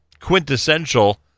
quintessential